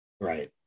right